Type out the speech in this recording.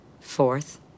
Fourth